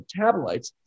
metabolites